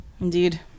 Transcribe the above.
Indeed